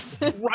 Right